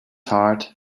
heart